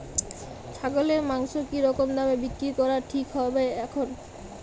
ছাগলের মাংস কী রকম দামে বিক্রি করা ঠিক হবে এখন?